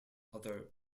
other